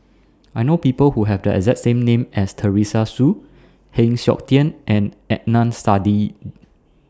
I know People Who Have The exact name as Teresa Hsu Heng Siok Tian and Adnan Saidi